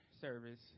service